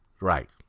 right